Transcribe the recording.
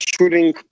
shooting